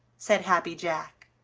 said happy jack.